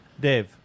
Dave